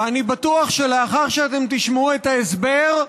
ואני בטוח שלאחר שתשמעו את ההסבר,